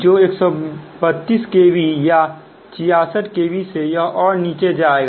फिर 132 kv या 66 kv से यह और नीचे जाएगा